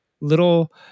little